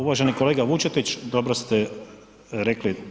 Uvaženi kolega Vučetić, dobro ste rekli.